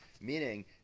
meaning